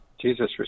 Jesus